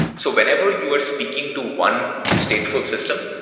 so whenever you are speaking to one stateful system,